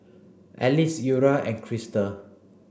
Alize Eura and Crystal